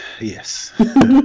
Yes